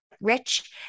rich